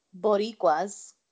Boricuas